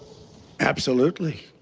absolutely.